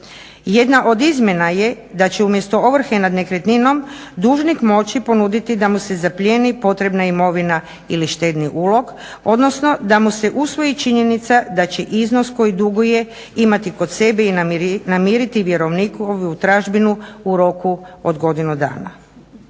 Jedna od izmjena je da će umjesto ovrhe nad nekretninom dužnik moći ponuditi da mu se zaplijeni potrebna imovina ili štedni ulog odnosno da mu se usvoji činjenica da će iznos koji duguje imati kod sebe i namiriti vjerovnikovu tražbinu u roku od godine dana.